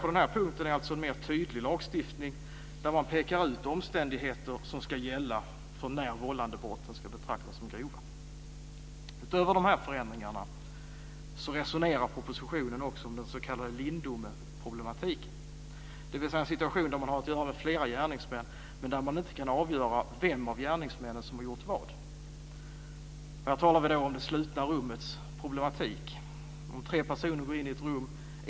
På den här punkten får vi alltså en mer tydlig lagstiftning där man pekar ut omständigheter som ska gälla för när vållandebrotten ska betraktas som grova. Utöver de här förändringarna resonerar man i propositionen också om den s.k. Lindomeproblematiken, dvs. en situation där man har att göra med flera gärningsmän men där man inte kan avgöra vem av gärningsmännen som har gjort vad. Här talar vi då om det slutna rummets problematik. Tre personer går in i ett rum.